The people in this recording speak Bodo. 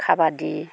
खाबादि